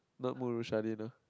not Murushardin ah